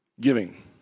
Giving